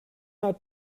not